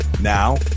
Now